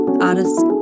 artists